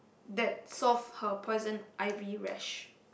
that solve her poison ivy rash